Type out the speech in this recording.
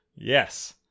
Yes